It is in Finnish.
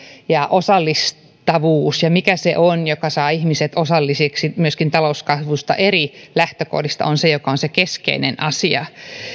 ja osallistavuus se mikä saa ihmiset osallisiksi myöskin talouskasvusta eri lähtökohdista on se keskeinen asia